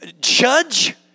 judge